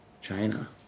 China